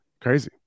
Crazy